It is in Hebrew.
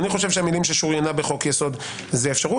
אני חושב שהמילים: "שוריינה בחוק יסוד" הן אפשרות,